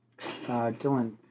Dylan